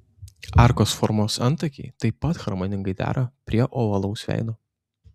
arkos formos antakiai taip pat harmoningai dera prie ovalaus veido